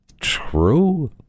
true